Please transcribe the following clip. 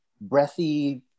breathy